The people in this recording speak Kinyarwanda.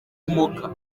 kumoka